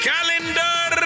Calendar